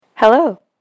Hello